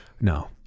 no